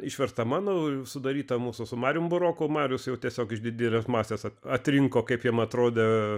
išverstą mano sudarytą mūsų su marijum buroku marius jau tiesiog iš didelės masės atrinko kaip jam atrodė